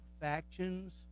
factions